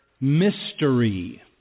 mystery